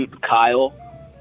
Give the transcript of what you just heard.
Kyle